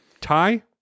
tie